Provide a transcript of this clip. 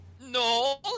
No